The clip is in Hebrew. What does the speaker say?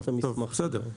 טוב, בסדר.